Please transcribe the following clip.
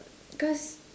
cause